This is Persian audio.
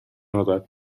ناراحت